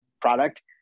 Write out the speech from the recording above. product